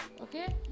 okay